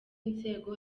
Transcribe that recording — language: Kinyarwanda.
inzego